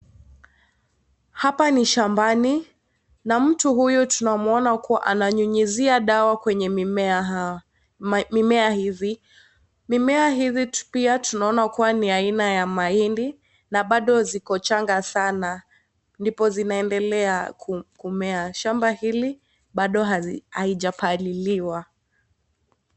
Hapa ni shambani na mtu huyu tunamwona kuwa ananyunyizia dawa kwenye mimea hawa mimea hivi . Mimea hivi pia tunaona ni aina ya mahindi na bado ziko changa sana ndipo zinaendelea kumea . Shamba hili bado haijapaliliwa.